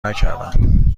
نکردم